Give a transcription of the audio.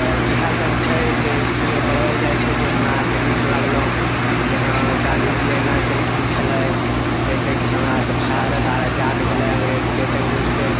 तऽ ईहए सब छै जे स्कूल मे पढ़बल जाइ छै जे हमरा अर के नीक लगलौ जहाँ गाँधीजी एना केलखिन छलै जैसे की हमरा अर के भारत आर आजाद भेलै अंग्रेज के चँगुल से